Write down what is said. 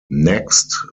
next